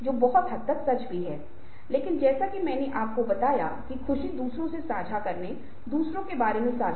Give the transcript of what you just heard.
आवाज का स्वर कुछ ऐसा है जिसे हमने पहले ही उजागर कर दिया है इसलिए मैं इसमें नहीं जाऊंगा